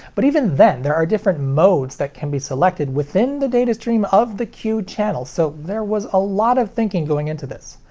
but even then, there are different modes that can be selected within the datastream of the q channel, so there was a lot of thinking going into this.